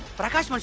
prakash